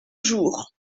jours